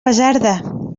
basarda